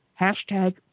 Hashtag